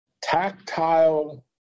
tactile